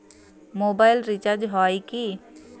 Mobile recharge হয় কি?